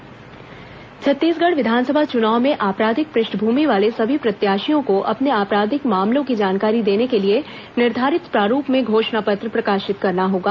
विस चुनाव आपराधिक मामला छत्तीसगढ़ विधानसभा चुनाव में आपराधिक पृष्ठभूमि वाले सभी प्रत्याशियों को अपने आपराधिक मामलों की जानकारी देने के लिए निर्धारित प्रारूप में घोषणा पत्र प्रकाशित करना होगा